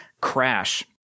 crash